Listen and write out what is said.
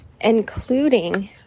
including